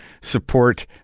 support